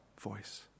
voice